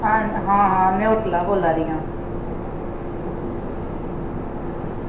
हां हां में होटल दा बोल्ला नी आं